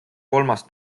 kolmas